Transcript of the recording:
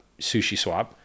SushiSwap